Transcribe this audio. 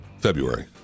February